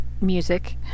music